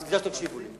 אז כדאי שתקשיבו לי.